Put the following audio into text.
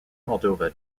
moldova